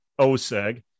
OSEG